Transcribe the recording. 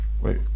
Wait